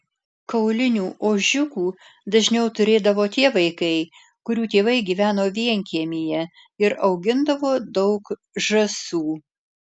kaulinių ožiukų dažniau turėdavo tie vaikai kurių tėvai gyveno vienkiemyje ir augindavo daug žąsų